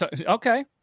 okay